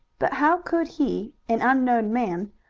but how could he, an unknown man,